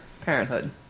Parenthood